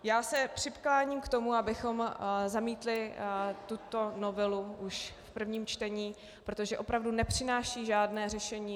Já se přikláním k tomu, abychom zamítli tuto novelu už v prvním čtení, protože opravdu nepřináší žádné řešení.